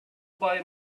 buy